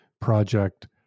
project